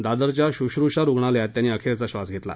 दादरच्या शुश्रुषा रुग्णालयात त्यांनी अखेरचा बास घेतला